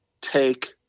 take